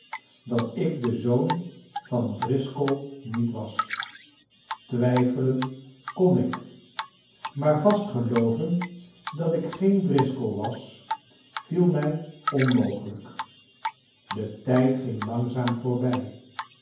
dat ik de zoon van driscoll niet was twijfelen kon ik maar vast gelooven dat ik geen driscoll was viel mij onmogelijk de tijd ging langzaam voorbij